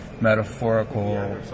metaphorical